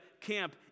camp